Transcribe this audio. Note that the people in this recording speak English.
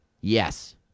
Yes